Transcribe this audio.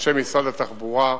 אנשי משרד התחבורה,